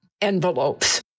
envelopes